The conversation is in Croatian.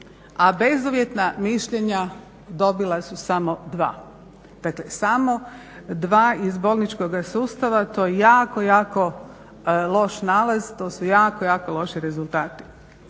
a bezuvjetna mišljenja dobila su samo 2, dakle samo 2 iz bolničkoga sustava, to je jako, jako loš nalaz, to su jako, jako loši rezultati.